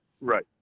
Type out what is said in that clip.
Right